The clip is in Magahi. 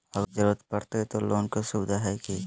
अगर जरूरत परते तो लोन के सुविधा है की?